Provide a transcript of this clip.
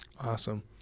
Awesome